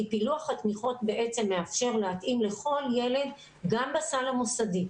כי פילוח התמיכות בעצם מאפשר להתאים לכל ילד גם בסל המוסדי,